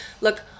look